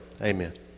amen